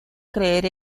creer